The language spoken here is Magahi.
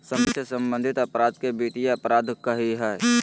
सम्पत्ति से सम्बन्धित अपराध के वित्तीय अपराध कहइ हइ